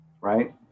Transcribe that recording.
right